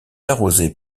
arrosée